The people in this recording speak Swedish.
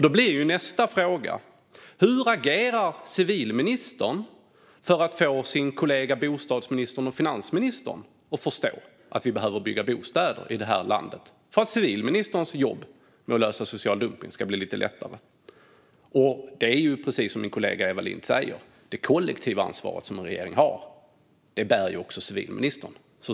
Då blir nästa fråga: Hur agerar civilministern för att få sina kollegor bostadsministern och finansministern att förstå att vi behöver bygga bostäder i det här landet - för att civilministerns jobb med att lösa problemet med social dumpning ska bli lite lättare? Det är precis som min kollega Eva Lindh säger: Det kollektiva ansvar som regeringen har bär även civilministern.